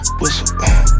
whistle